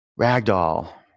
Ragdoll